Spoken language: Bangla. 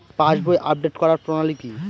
পাসবই আপডেট করার প্রণালী কি?